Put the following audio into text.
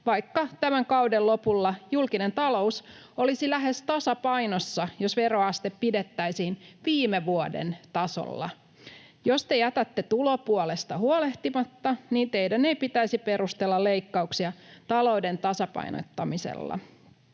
vaikka tämän kauden lopulla julkinen talous olisi lähes tasapainossa, jos veroaste pidettäisiin viime vuoden tasolla. Jos te jätätte tulopuolesta huolehtimatta, niin teidän ei pitäisi perustella leikkauksia talouden tasapainottamisella.